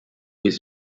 his